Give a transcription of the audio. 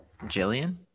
Jillian